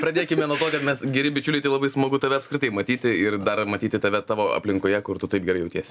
pradėkime nuo to kad mes geri bičiuliai tai labai smagu tave apskritai matyti ir dar matyti tave tavo aplinkoje kur tu taip gerai jautiesi